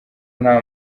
nta